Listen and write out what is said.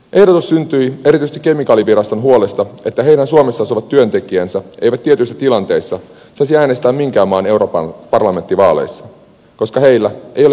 ehdotus syntyi erityisesti kemikaaliviraston huolesta että heidän suomessa asuvat työntekijänsä eivät tietyissä tilanteissa saisi äänestää minkään maan europarlamenttivaaleissa koska heillä ei ole kotikuntaa suomessa